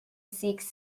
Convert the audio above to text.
seeks